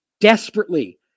desperately